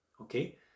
Okay